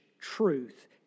truth